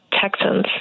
Texans